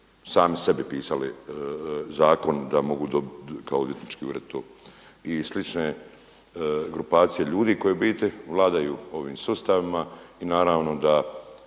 sami sebi pisali zakon da mogu kao odvjetnički ured to i slične grupacije ljudi koje u biti vladaju ovim sustavima. I naravno da